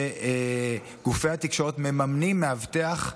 שגופי התקשורת מממנים מאבטח.